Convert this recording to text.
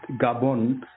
gabon